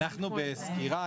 אנחנו בסקירה.